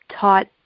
taught